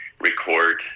record